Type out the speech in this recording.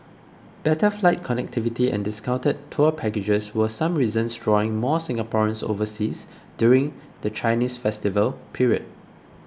better flight connectivity and discounted tour packages were some reasons drawing more Singaporeans overseas during the Chinese festive period